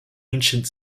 ancient